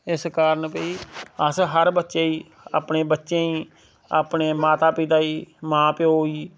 इस कारण भाई अश हर बच्चे गी अपने बच्चें गी अपने माता पिता गी मां प्यो गी